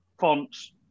fonts